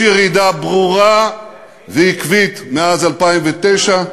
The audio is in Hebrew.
יש ירידה ברורה ועקבית מאז 2009,